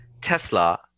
Tesla